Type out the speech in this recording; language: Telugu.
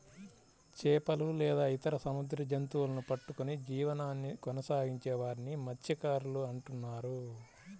చేపలు లేదా ఇతర సముద్ర జంతువులను పట్టుకొని జీవనాన్ని కొనసాగించే వారిని మత్య్సకారులు అంటున్నారు